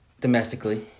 domestically